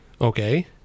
Okay